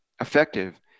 effective